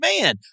man